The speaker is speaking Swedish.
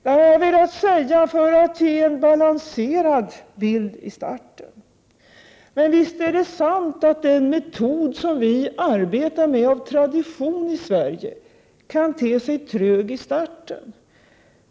Detta har jag velat säga för att ge en balanserad bild i starten. Men visst är det sant att den metod som vi av tradition arbetar med i Sverige kan te sig trög istarten.